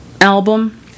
album